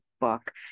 book